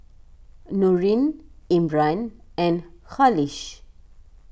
Nurin Imran and Khalish